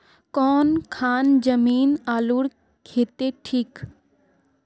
कौन खान जमीन आलूर केते ठिक?